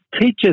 teaches